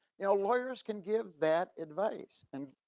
you know lawyers can give that advice and